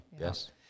yes